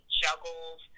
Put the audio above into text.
juggles